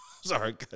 Sorry